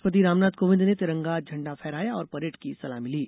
राष्ट्रपति रामनाथ कोविन्द ने तिरंगा झंडा फहराया और परेड की सलामी ली